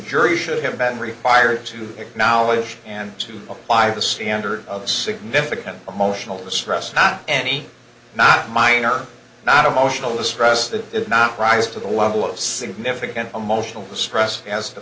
jury should have been required to acknowledge and to acquire the standard of significant emotional distress not any not minor not emotional distress that is not rise to the level of significant emotional distress as